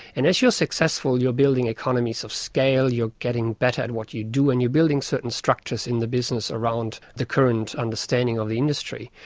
and as you are successful you are building economies of scale, you are getting better at what you do and you are building certain structures in the business around the current understanding of the industry.